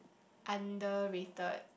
underrated